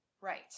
Right